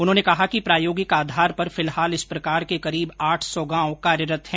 उन्होंने कहा कि प्रायोगिक आधार पर फिलहाल इस प्रकार के करीब आठ सौ गांव कार्यरत हैं